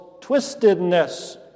twistedness